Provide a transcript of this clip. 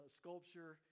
sculpture